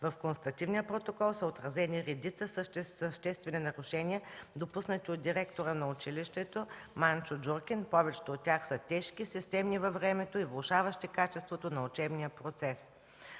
В констативния протокол са отразени редица съществени нарушения, допуснати от директора на училището Манчо Джуркин. Повечето от тях са тежки и системни във времето и влошаващи качеството на учебния процес.